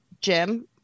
Jim